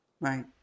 Right